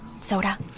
Soda